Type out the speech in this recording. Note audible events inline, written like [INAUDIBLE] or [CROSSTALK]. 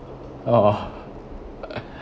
oh [LAUGHS]